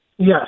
yes